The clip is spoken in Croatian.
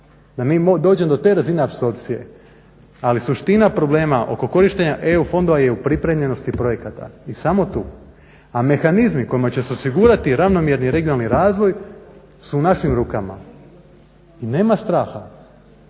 da mi dođemo do te razine apsorpcije ali suština problema oko korištenja EU fondova je u pripremljenosti projekata i samo tu. A mehanizmi kojima će se osigurati ravnomjerni regionalni razvoj su u našim rukama i nema straha.